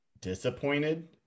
disappointed